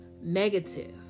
negative